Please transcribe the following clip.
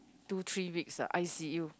two three weeks ah i_c_u